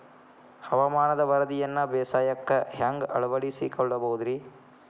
ಹವಾಮಾನದ ವರದಿಯನ್ನ ಬೇಸಾಯಕ್ಕ ಹ್ಯಾಂಗ ಅಳವಡಿಸಿಕೊಳ್ಳಬಹುದು ರೇ?